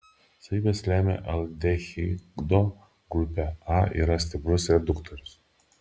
savybes lemia aldehido grupė a yra stiprus reduktorius